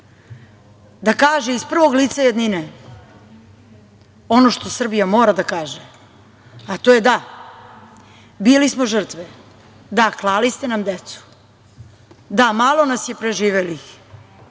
da kaže iz prvog lica jednine, ono što Srbija mora da kaže, a to je - Da, bili smo žrtve! Da, klali ste nam decu! Da, malo nas je preživelih!